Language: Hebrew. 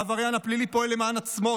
העבריין הפלילי פועל למען עצמו,